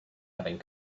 having